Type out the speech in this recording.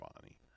Bonnie